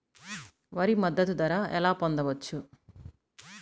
వరి మద్దతు ధర ఎలా పొందవచ్చు?